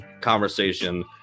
conversation